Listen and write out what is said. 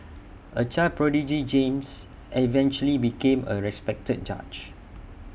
A child prodigy James eventually became A respected judge